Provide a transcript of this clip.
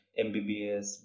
MBBS